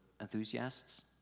enthusiasts